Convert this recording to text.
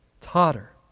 totter